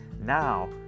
now